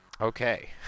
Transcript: Okay